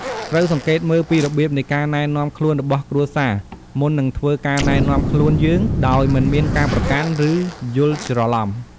ត្រូវសង្កេតមើលពីរបៀបនៃការណែនាំខ្លួនរបស់គ្រួសារ មុននឹងធ្វើការណែនាំខ្លួនយើងដោយមិនមានការប្រកាន់ ឬយល់ច្រឡំ។